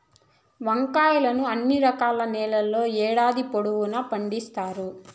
వంకాయలను అన్ని రకాల నేలల్లో ఏడాది పొడవునా పండిత్తారు